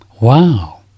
Wow